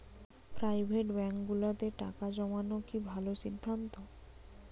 Private ব্যাংকগুলোতে টাকা জমানো কি ভালো সিদ্ধান্ত?